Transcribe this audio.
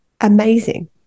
amazing